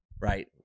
right